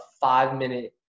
five-minute